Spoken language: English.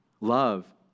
Love